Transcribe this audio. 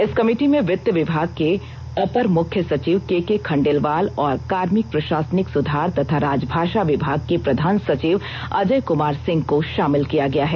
इस कमेटी में वित्त विभाग के अपर मुख्य सचिव केके खंडेलवाल और कार्मिक प्रषासनिक सुधार तथा राजभाषा विभाग के प्रधान सचिव अजय कुमार सिंह को षामिल किया गया है